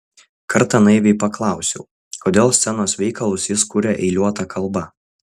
kartą naiviai paklausiau kodėl scenos veikalus jis kuria eiliuota kalba